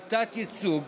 של תת-ייצוג